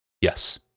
yes